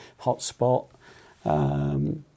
hotspot